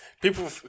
People